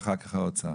ואחר כך האוצר.